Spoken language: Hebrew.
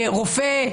לרופא,